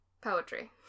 Poetry